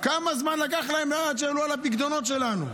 כמה זמן לקח להם עד שהעלו על הפיקדונות שלנו,